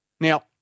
Now